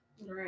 Right